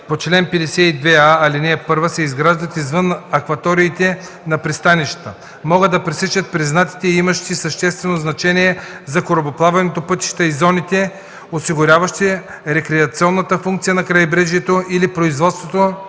по чл. 52а, ал. 1 се изграждат извън акваториите на пристанищата, могат да пресичат признатите и имащи съществено значение за корабоплаването пътища и зоните, осигуряващи рекреационната функция на крайбрежието или производството